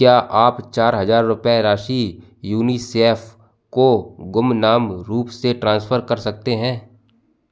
क्या आप चार हज़ार रुपये राशि यूनिसेफ़ को गुमनाम रूप से ट्रांसफ़र कर सकते हैं